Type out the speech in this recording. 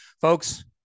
Folks